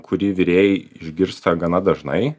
kurį virėjai išgirsta gana dažnai